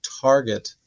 target